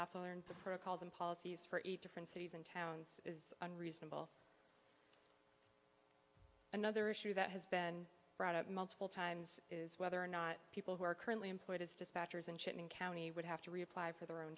have to learn the protocols and policies for each different cities and towns and reasonable another issue that has been brought up multiple times is whether or not people who are currently employed as dispatchers in shipping county would have to reapply for their own